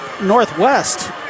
northwest